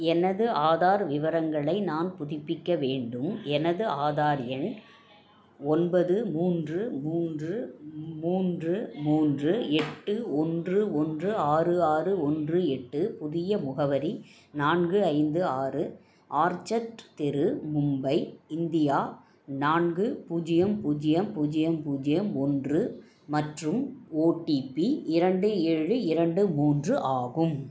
எனது ஆதார் விவரங்களை நான் புதுப்பிக்க வேண்டும் எனது ஆதார் எண் ஒன்பது மூன்று மூன்று மூன்று மூன்று எட்டு ஒன்று ஒன்று ஆறு ஆறு ஒன்று எட்டு புதிய முகவரி நான்கு ஐந்து ஆறு ஆர்ச்சர்ட் தெரு மும்பை இந்தியா நான்கு பூஜ்ஜியம் பூஜ்ஜியம் பூஜ்ஜியம் பூஜ்ஜியம் ஒன்று மற்றும் ஓடிபி இரண்டு ஏழு இரண்டு மூன்று ஆகும்